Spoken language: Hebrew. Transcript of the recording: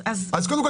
אז קודם כול,